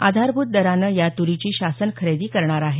आधारभूत दरानं या त्रीची शासन खरेदी करणार आहे